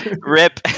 Rip